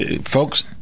folks